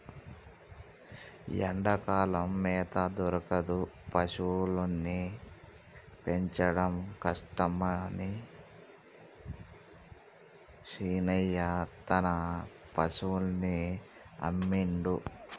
ఎండాకాలం మేత దొరకదు పశువుల్ని పెంచడం కష్టమని శీనయ్య తన పశువుల్ని అమ్మిండు